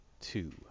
two